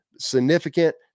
significant